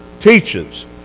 teaches